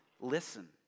listen